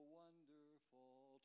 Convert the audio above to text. wonderful